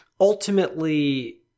ultimately